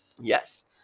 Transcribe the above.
Yes